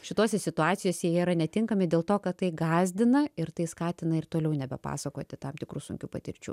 šitose situacijose jie yra netinkami dėl to kad tai gąsdina ir tai skatina ir toliau nebepasakoti tam tikrų sunkių patirčių